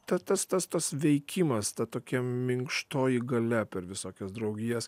ta tas tas tas veikimas ta tokia minkštoji galia per visokias draugijas